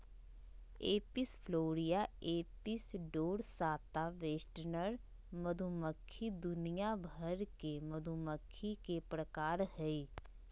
Apis florea, Apis dorsata, western मधुमक्खी दुनिया भर के मधुमक्खी के प्रकार हय